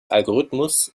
algorithmus